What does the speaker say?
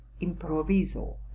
improviso